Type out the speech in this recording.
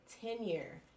tenure